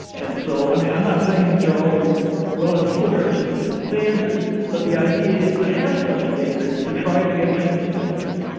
and so i'm i'm not saying these are always well enforced standards but the idea is to have such standards to try to get truth speakers,